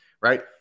right